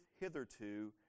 hitherto